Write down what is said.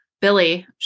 Billy